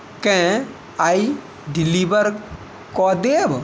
केँ आइ डिलीवर कऽ देब